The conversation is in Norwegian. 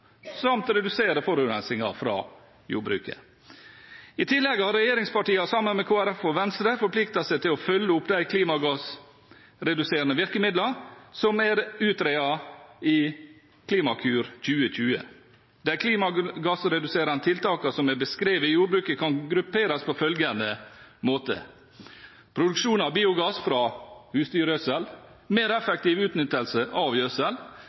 samt redusere forurensningen fra jordbruket. I tillegg har regjeringspartiene sammen med Kristelig Folkeparti og Venstre forpliktet seg til å følge opp de klimagassreduserende virkemidlene som er utredet i Klimakur 2020. De klimagassreduserende tiltakene som er beskrevet i jordbruket, kan grupperes på følgende måte: produksjon av biogass fra husdyrgjødsel, mer effektiv utnyttelse av